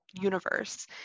universe